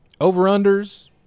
Over-unders